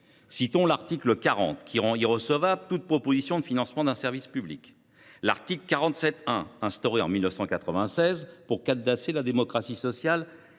Constitution, qui rend irrecevable toute proposition de financement d’un service public ; l’article 47 1, instauré en 1996 pour cadenasser la démocratie sociale